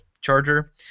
Charger